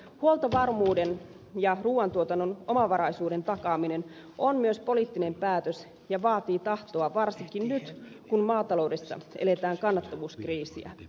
huoltovarmuuden ja ruuantuotannon omavaraisuuden takaaminen on myös poliittinen päätös ja vaatii tahtoa varsinkin nyt kun maataloudessa eletään kannattavuuskriisiä